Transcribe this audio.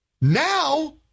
Now